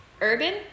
urban